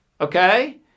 okay